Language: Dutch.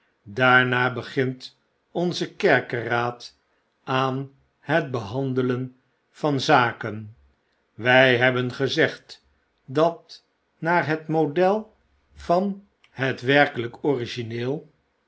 daarna begint onze kerkeraad aan het behandelen van zaken wij hebben gezegd dat naar het model n het werkelijk origineel